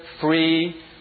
free